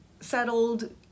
settled